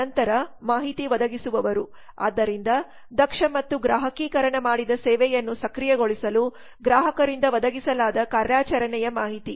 ನಂತರ ಮಾಹಿತಿ ಒದಗಿಸುವವರು ಆದ್ದರಿಂದ ದಕ್ಷ ಮತ್ತು ಗ್ರಾಹಕೀಕರಣ ಮಾಡಿದ ಸೇವೆಯನ್ನು ಸಕ್ರಿಯಗೊಳಿಸಲು ಗ್ರಾಹಕರಿಂದ ಒದಗಿಸಲಾದ ಕಾರ್ಯಾಚರಣೆಯ ಮಾಹಿತಿ